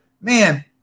Man